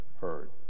heard